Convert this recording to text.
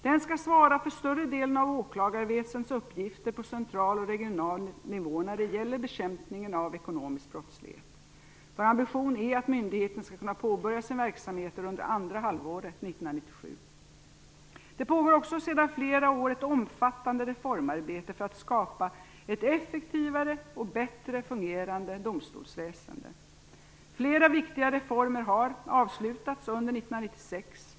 Den skall svara för större delen av åklagarväsendets uppgifter på central och regional nivå när det gäller bekämpningen av ekonomisk brottslighet. Vår ambition är att myndigheten skall kunna påbörja sin verksamheten under andra halvåret 1997. Det pågår också sedan flera år ett omfattande reformarbete för att skapa ett effektivare och bättre fungerande domstolsväsende. Flera viktiga reformer har avslutats under 1996.